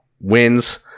wins